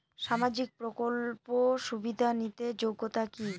সামাজিক প্রকল্প সুবিধা নিতে যোগ্যতা কি?